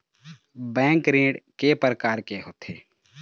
Bank ऋण के प्रकार के होथे?